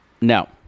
No